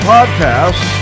Podcast